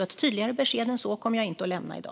Ett tydligare besked än så kommer jag inte att lämna i dag.